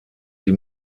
die